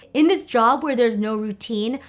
in this job where there's no routine,